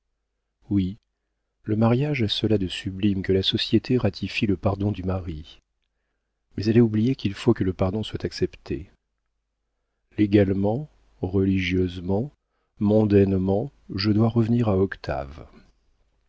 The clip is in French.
oui le mariage a cela de sublime que la société ratifie le pardon du mari mais elle a oublié qu'il faut que le pardon soit accepté légalement religieusement mondainement je dois revenir à octave